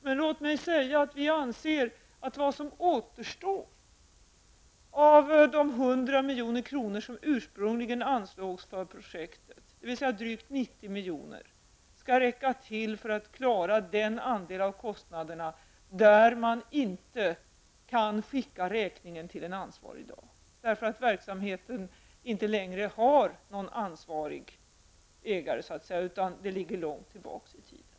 Men låt mig säga att vi anser att det som återstår av de 100 milj.kr. som ursprungligen anslogs för projektet, dvs. drygt 90 milj.kr., skall räcka till för att klara den andel av kostnaderna för vilken det inte finns någon ansvarig att skicka räkning till, eftersom verksamheten inte längre har någon ansvarig ägare, utan verksamheten ligger långt tillbaka i tiden.